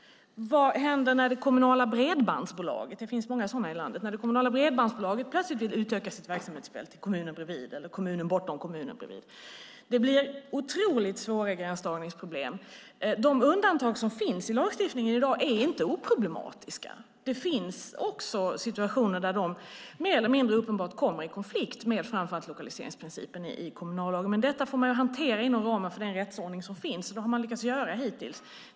Vad händer när det kommunala bredbandsbolaget - det finns många sådana i landet - plötsligt vill utöka sitt verksamhetsfält till kommunen bredvid eller kommunen bortom kommunen bredvid? Det blir otroligt svåra gränsdragningsproblem. De undantag som finns i lagstiftningen i dag är inte oproblematiska. Det finns situationer där de mer eller mindre uppenbart kommer i konflikt med framför allt lokaliseringsprincipen i kommunallagen. Det får man hantera inom ramen för den rättsordning som finns. Det har man lyckats göra hittills.